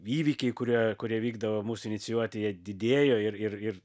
įvykiai kurie kurie vykdavo mūsų inicijuoti jie didėjo ir ir ir